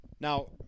Now